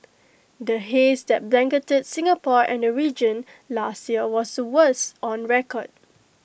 the haze that blanketed Singapore and the region last year was the worst on record